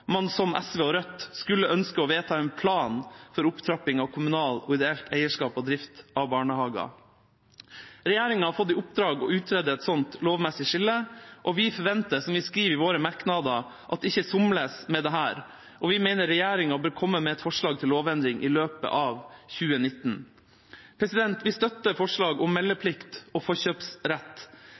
man, som SV og Rødt, skulle ønske å vedta en plan for opptrapping av kommunalt og ideelt eierskap og drift av barnehager. Regjeringa har fått i oppdrag å utrede et slikt lovmessig skille, og vi forventer, som vi skriver i våre merknader, at det ikke somles med dette. Vi mener regjeringa bør komme med et forslag til lovendring i løpet av 2019. Vi støtter forslaget om meldeplikt og forkjøpsrett.